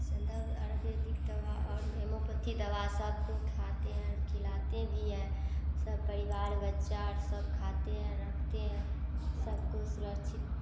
से त आयुर्वेदिक दवा और हेमोपेथी दवा सब कोई कोई खाते हैं खिलाते भी हैं सब परिवार सब बच्चा खाते हैं रखते हैं सबको सुरक्षित